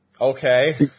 Okay